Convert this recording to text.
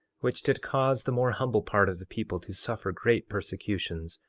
which did cause the more humble part of the people to suffer great persecutions,